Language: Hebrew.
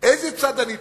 איזה צד אני תופס?